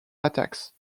attacks